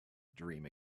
dream